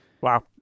wow